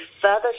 further